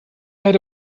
hätte